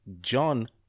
John